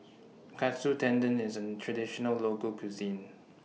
Katsu Tendon IS A Traditional Local Cuisine